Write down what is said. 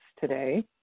today